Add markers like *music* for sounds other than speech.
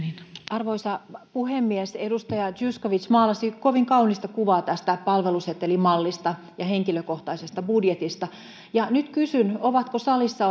arvoisa puhemies edustaja zyskowicz maalasi kovin kaunista kuvaa palvelusetelimallista ja henkilökohtaisesta budjetista nyt kysyn ovatko salissa *unintelligible*